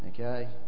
okay